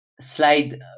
slide